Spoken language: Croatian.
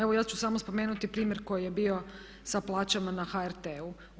Evo ja ću samo spomenuti primjer koji je bio sa plaćama na HRT-u.